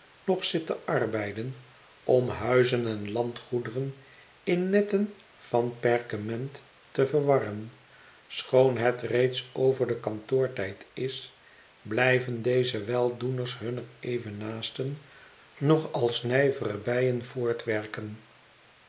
nog zit te arbeiden om buizen en landgoederen in netten van perkement te verwarren schoon het reeds over den kantoortijd is blijven deze weldoeners hunner evennaasten nog als nijvere bijen voortwerken